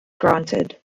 granted